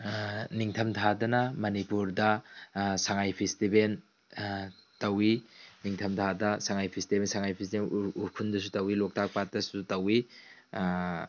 ꯅꯤꯡꯊꯝꯊꯥꯗꯅ ꯃꯅꯤꯄꯨꯔꯗ ꯁꯉꯥꯏ ꯐꯦꯁꯇꯤꯕꯦꯟ ꯇꯧꯏ ꯅꯤꯡꯊꯝꯊꯥꯗ ꯁꯉꯥꯏ ꯐꯦꯁꯇꯤꯕꯦꯜ ꯁꯉꯥꯏ ꯐꯦꯁꯇꯤꯕꯦꯜ ꯎꯈ꯭ꯔꯨꯜꯗꯁꯨ ꯇꯧꯏ ꯂꯣꯛꯇꯥꯛ ꯄꯥꯠꯇꯁꯨ ꯇꯧꯏ